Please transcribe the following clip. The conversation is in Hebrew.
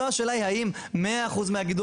השאלה היא האם אנחנו רוצים 100% מהגידול